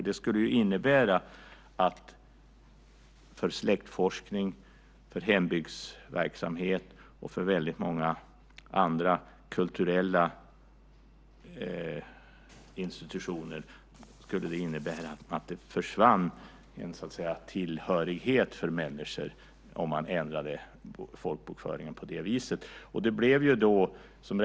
Det skulle ju innebära att det försvann en tillhörighet för människor om man ändrade folkbokföringen på det viset. Det skulle ha betydelse för släktforskning och hembygdsverksamhet och andra kulturella institutioner.